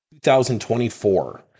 2024